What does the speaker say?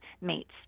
mates